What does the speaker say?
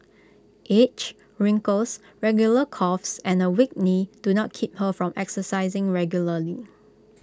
age wrinkles regular coughs and A weak knee do not keep her from exercising regularly